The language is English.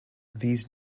these